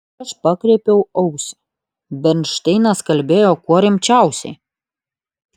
aš pakreipiau ausį bernšteinas kalbėjo kuo rimčiausiai